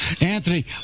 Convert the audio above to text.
Anthony